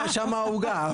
כן,